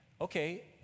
okay